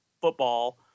football